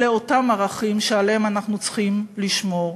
אלה אותם ערכים שעליהם אנחנו צריכים לשמור.